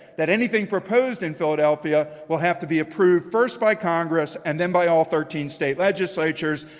that anything proposed in philadelphia will have to be approved first by congress, and then by all thirteen state legislatures.